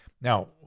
Now